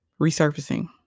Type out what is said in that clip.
resurfacing